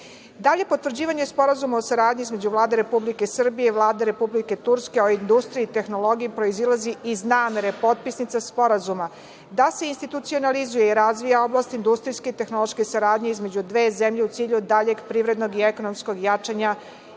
potvrđivanje Sporazuma o saradnji između Vlade Republike Srbije i Vlade Republike Turske o industriji i tehnologiji proizilazi iz namere potpisnica sporazuma da se institucionalizuje i razvija oblast industrijske i tehnološke saradnje između dve zemlje, u cilju daljeg privrednog i ekonomskog jačanja